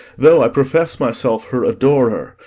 though i profess myself her adorer,